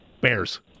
Bears